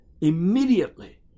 Immediately